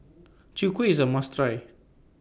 Chwee Kueh IS A must Try